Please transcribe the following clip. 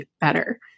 better